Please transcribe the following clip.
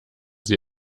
sie